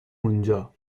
اونجا